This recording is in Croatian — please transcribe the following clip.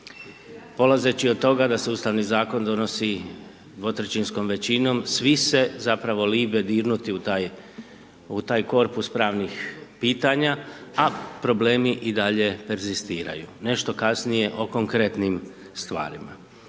Polazeći od toga da se Ustavni zakon donosi dvotrećinskom većinom svi se zapravo libe dirnuti u taj, u taj korpus pravnih pitanja, a problemi i dalje egzistiraju. Nešto kasnije o konkretnim stvarima.